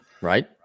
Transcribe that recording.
Right